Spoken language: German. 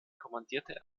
kommandierte